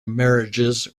marriages